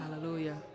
Hallelujah